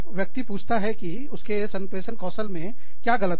व्यक्ति पूछता है कि उसके संप्रेषण कौशल में क्या गलत है